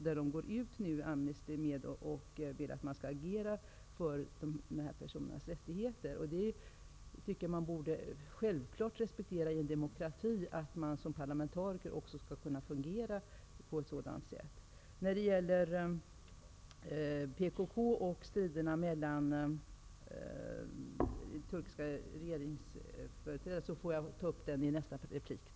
Amnesty går nu ut och ber att man skall agera för de här personernas rättigheter. Det borde självklart respekteras att en parlamentariker fungerar på det sättet i en demokrati. Jag får ta upp frågan om striderna mellan PKK och turkiska regeringsföreträdare i mitt nästa inlägg.